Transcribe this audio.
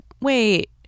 wait